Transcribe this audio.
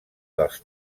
dels